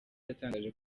yatangaje